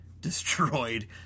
destroyed